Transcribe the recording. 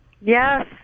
Yes